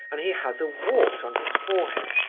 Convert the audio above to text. and he has a wart on his forehead!